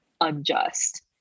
unjust